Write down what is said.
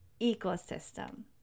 ecosystem